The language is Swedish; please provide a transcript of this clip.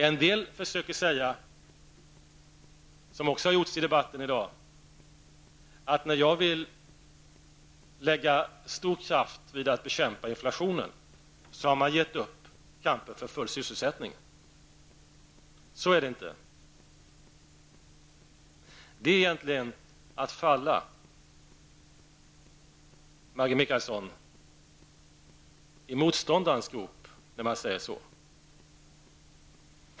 En del försöker säga -- det har också sagts i debatten i dag -- att när jag vill lägga stor kraft vid att bekämpa inflationen så har jag gett upp kampen för full sysselsättning. Så är det inte. Det är egentligen att falla, Maggi Mikaelsson, i motståndarens grop när man säger så.